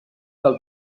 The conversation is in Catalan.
del